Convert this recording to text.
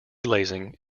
glazing